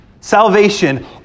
Salvation